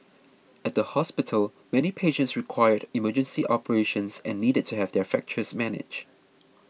at the hospital many patients required emergency operations and needed to have their fractures managed